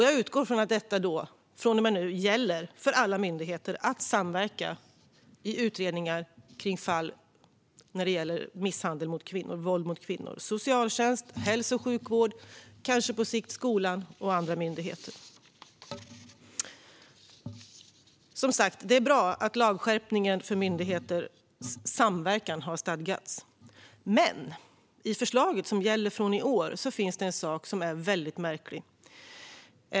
Jag utgår från att detta från och med nu gäller och att alla myndigheter - socialtjänsten, hälso och sjukvården och kanske på sikt skolan och andra myndigheter - ska samverka i utredningar av fall som gäller misshandel och våld mot kvinnor. Som sagt: Det är bra att lagskärpningen för myndigheters samverkan har stadgats. Men i det förslag som gäller från i år finns en sak som är väldigt märklig.